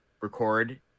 record